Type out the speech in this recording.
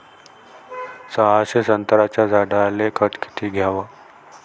सहाशे संत्र्याच्या झाडायले खत किती घ्याव?